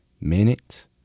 minute